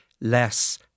less